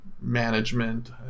management